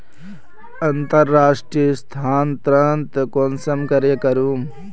अंतर्राष्टीय स्थानंतरण कुंसम करे करूम?